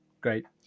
Great